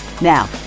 Now